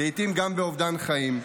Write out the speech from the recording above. לעיתים גם באובדן חיים,